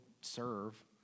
serve